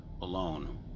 alone